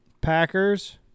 Packers